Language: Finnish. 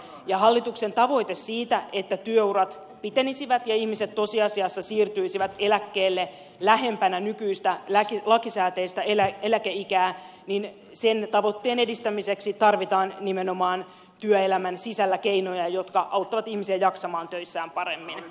ja hallituksen tavoite että työurat pitenisivät ja ihmiset tosiasiassa siirtyisivät eläkkeelle lähempänä nykyistä lakisääteistä eläkeikää sen tavoitteen edistämiseksi tarvitaan nimenomaan työelämän sisällä keinoja jotka auttavat ihmisiä jaksamaan töissään paremmin